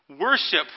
Worship